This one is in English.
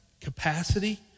capacity